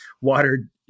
water